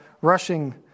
rushing